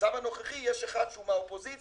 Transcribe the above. במצב הנוכחי יש אחד שהוא מהאופוזיציה